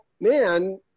man